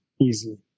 easy